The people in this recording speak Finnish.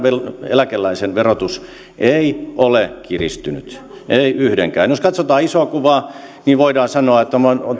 eläkeläisen verotus ei ole kiristynyt ei yhdenkään jos katsotaan isoa kuvaa niin voidaan sanoa että